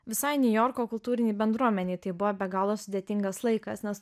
visai niujorko kultūrinei bendruomenei tai buvo be galo sudėtingas laikas nes